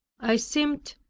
i seemed,